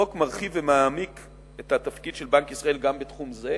החוק מרחיב ומעמיק את התפקיד של בנק ישראל גם בתחום זה,